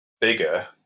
bigger